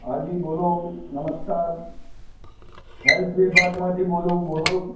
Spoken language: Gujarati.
હાજી બોલો નમસ્કાર હેલ્પ વિભાગમાંથી બોલું બોલ